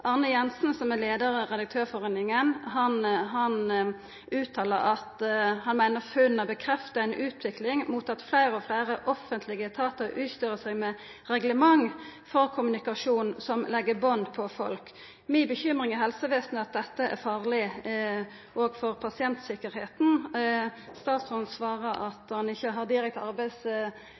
Arne Jensen, som er leiar av redaktørforeininga, meiner funna bekreftar ei utvikling der fleire og fleire offentlege etatar utstyrer seg med reglement for kommunikasjon som legg band på folk. Eg bekymrar meg for at dette er farleg òg for pasienttryggleiken i helsevesenet. Statsråden svarar at han ikkje har direkte